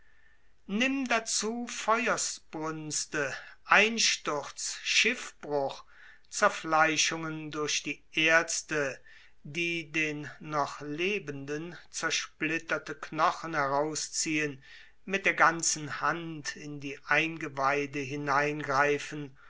nimm dazu feuersbrünste einsturz schiffbruch zerfleischungen durch die aerzte die den noch lebenden zersplitterte knochen herausziehen mit der ganzen hand in die eingeweide hineingreifen